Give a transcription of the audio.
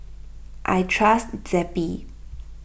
I trust Zappy